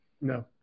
No